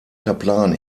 kaplan